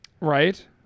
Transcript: Right